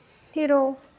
hero